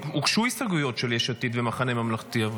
הוגשו הסתייגויות של יש עתיד והמחנה הממלכתי.